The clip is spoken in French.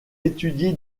étudié